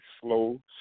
slow